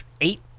eight